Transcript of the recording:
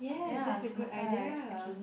ya smarter right okay